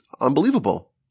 unbelievable